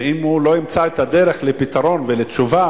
ואם הוא לא ימצא את הדרך לפתרון ולתשובה